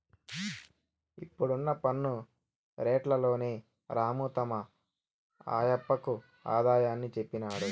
ఇప్పుడున్న పన్ను రేట్లలోని రాము తమ ఆయప్పకు ఆదాయాన్ని చెప్పినాడు